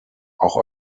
auch